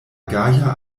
gaja